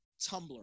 Tumblr